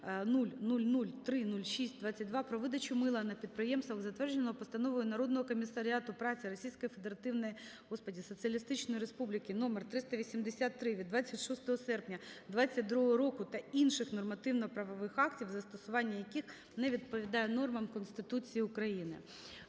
0.00-3.06-22 "Про видачу мила на підприємствах", затвердженого Постановою Народного комісаріату праці Російської Федеративної, Господи, Соціалістичної Республіки № 383 від 26 серпня 1922 року та інших нормативно-правових актів, застосування яких не відповідає нормам Конституції України.